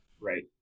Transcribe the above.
right